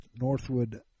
Northwood